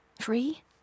Free